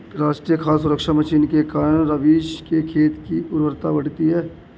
राष्ट्रीय खाद्य सुरक्षा मिशन के कारण रवीश के खेत की उर्वरता बढ़ी है